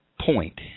point